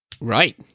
Right